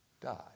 died